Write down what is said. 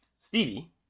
Stevie